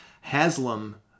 Haslam